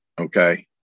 Okay